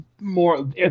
more